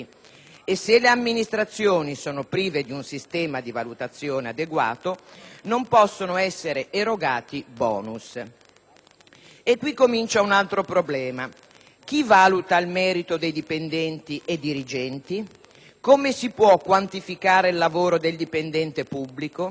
E, se le amministrazioni sono prive di un sistema di valutazione adeguato, non possono essere erogati *bonus*. Qui comincia un altro problema: chi valuta il merito di dipendenti e dirigenti? Come si può quantificare il lavoro del dipendente pubblico?